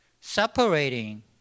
separating